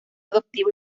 adoptivo